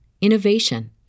innovation